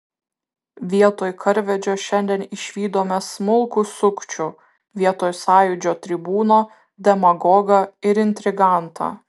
vietoj karvedžio šiandien išvydome smulkų sukčių vietoj sąjūdžio tribūno demagogą ir intrigantą